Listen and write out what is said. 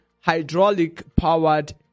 hydraulic-powered